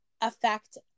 affect